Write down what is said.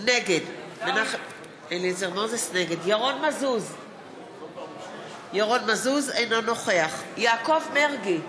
נגד ירון מזוז, אינו נוכח יעקב מרגי,